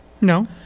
No